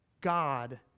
God